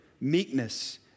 meekness